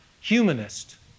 humanist